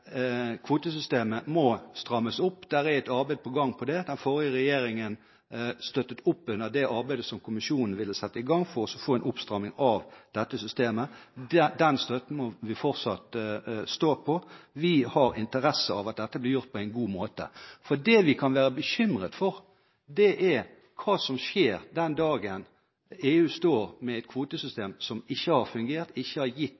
kvotesystemet må strammes opp. Det er et arbeid på gang med det. Den forrige regjeringen støttet opp under det arbeidet som kommisjonen ville sette i gang for å få en oppstramming av dette systemet. Den støtten må vi fortsatt gi. Vi har interesser av at dette blir gjort på en god måte. Det vi kan være bekymret for, er hva som skjer den dagen EU står med et kvotesystem som ikke har fungert, som ikke har gitt